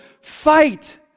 fight